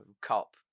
cop